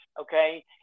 okay